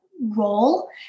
role